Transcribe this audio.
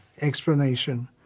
explanation